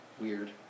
Weird